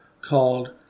called